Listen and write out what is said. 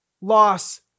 loss